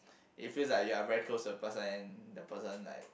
it feels like you are very close to the person the person like